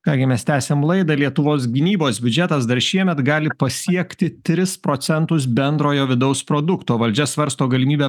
ką gi mes tęsiam laidą lietuvos gynybos biudžetas dar šiemet gali pasiekti tris procentus bendrojo vidaus produkto valdžia svarsto galimybę